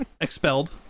Expelled